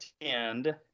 attend